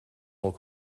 molt